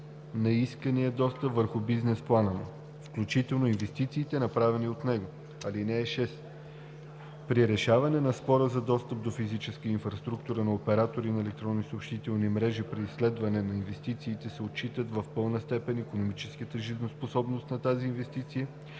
на искания достъп върху бизнес плана му, включително инвестициите, направени от него. (6) При решаване на спор за достъп до физическа инфраструктура на оператори на електронни съобщителни мрежи при изследване на инвестициите се отчитат в пълна степен икономическата жизнеспособност на тези инвестиции,